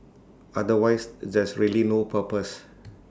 otherwise there's really no purpose